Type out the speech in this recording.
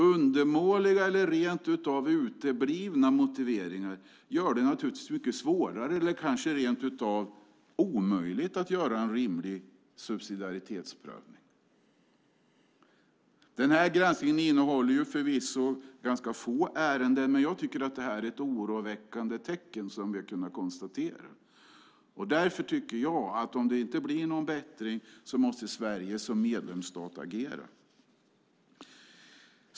Undermåliga eller till och med uteblivna motiveringar gör det mycket svårare eller rent utav omöjligt att göra en subsidiaritetsprövning. Den här granskningen innehåller förvisso ganska få ärenden. Men det är ett oroväckande tecken som vi har kunnat konstatera. Om det inte blir någon bättring måste Sverige som medlemsstat agera.